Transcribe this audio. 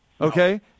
okay